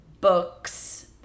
books